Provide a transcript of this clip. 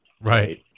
right